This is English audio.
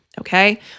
Okay